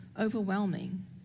overwhelming